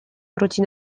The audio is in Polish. wróci